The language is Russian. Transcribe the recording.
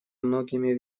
многими